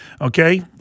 Okay